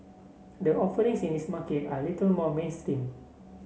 the offerings in this market are a little more mainstream